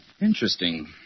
Interesting